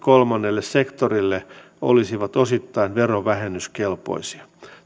kolmannelle sektorille olisivat osittain verovähennyskelpoisia